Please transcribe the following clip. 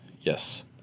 Yes